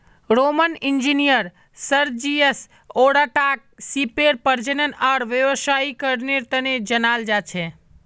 Roman engineer Sergius ओराटाक सीपेर प्रजनन आर व्यावसायीकरनेर तने जनाल जा छे